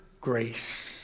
grace